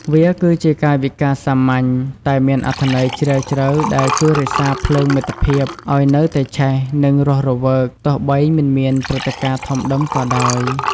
វាគឺជាកាយវិការសាមញ្ញ តែមានអត្ថន័យជ្រាលជ្រៅ ដែលជួយរក្សាភ្លើងមិត្តភាពឲ្យនៅតែឆេះ និងរស់រវើក ទោះបីមិនមានព្រឹត្តិការណ៍ធំដុំក៏ដោយ។